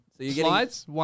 Slides